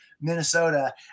Minnesota